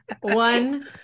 One